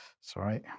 Sorry